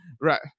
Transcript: Right